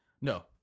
No